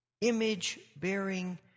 image-bearing